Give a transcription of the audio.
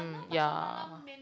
mm ya